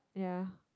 ya